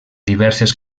diverses